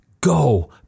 Go